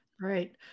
Right